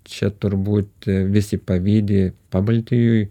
čia turbūt visi pavydi pabaltijui